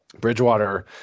Bridgewater